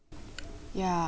ya